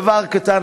דבר קטן,